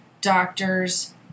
doctors